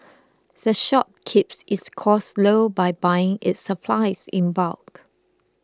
the shop keeps its costs low by buying its supplies in bulk